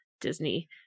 disney